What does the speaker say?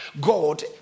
God